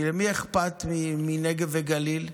כי למי אכפת מהנגב והגליל?